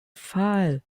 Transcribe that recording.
pfahl